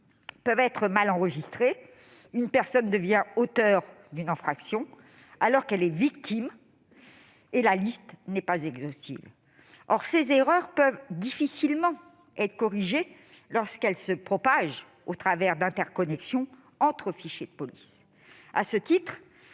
peuvent aussi être mal enregistrées, une personne devenant auteur d'une infraction alors qu'elle en est la victime. La liste n'est pas exhaustive ... Ces erreurs peuvent difficilement être corrigées lorsqu'elles se propagent au travers d'interconnexions entre fichiers de police, cette